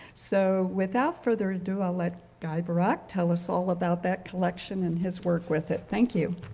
so without further ado i'll let guy barak tell us all about that collection and his work with it. thank you.